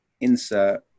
insert